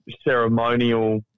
ceremonial